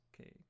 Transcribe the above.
okay